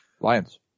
Lions